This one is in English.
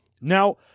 Now